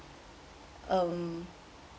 um